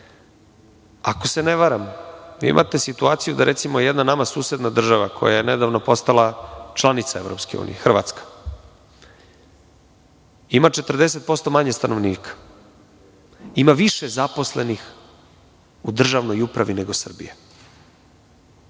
Ako se ne varam vi imate situaciju, da recimo, jedna nama susedna država koja je nedavno postala članica EU, Hrvatska ima 40% manje stanovnika, ima više zaposlenih u državnoj upravi nego Srbija.